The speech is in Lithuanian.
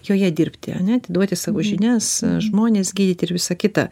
joje dirbti ane atiduoti savo žinias žmonės gydyti ir visa kita